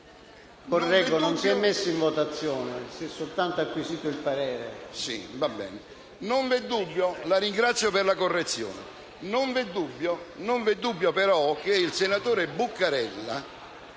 Correggo: non si è messo in votazione. Si è soltanto acquisito il parere.